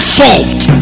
solved